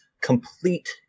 complete